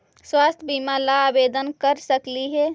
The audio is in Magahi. स्वास्थ्य बीमा ला आवेदन कर सकली हे?